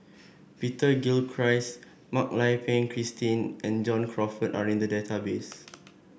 Peter Gilchrist Mak Lai Peng Christine and John Crawfurd are in the database